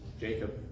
Jacob